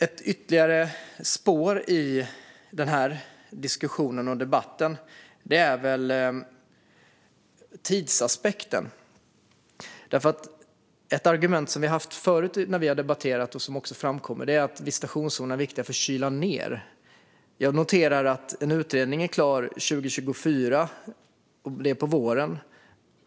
Ett ytterligare spår i den här diskussionen och debatten är tidsaspekten. Ett argument som vi har haft förut när vi har debatterat och som framkommer är att visitationszoner är viktiga för att kyla ned. Jag noterar att en utredning är klar våren 2024.